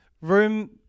room